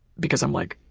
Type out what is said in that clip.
because i'm like,